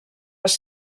les